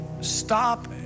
stop